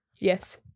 Yes